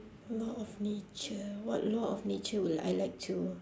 law of nature what law of nature would I like to